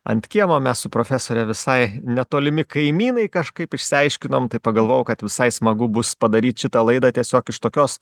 ant kiemo mes su profesore visai netolimi kaimynai kažkaip išsiaiškinom taip pagalvojau kad visai smagu bus padaryt šitą laidą tiesiog iš tokios